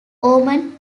oman